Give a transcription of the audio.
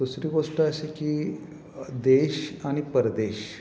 दुसरी गोष्ट अशी की देश आणि परदेश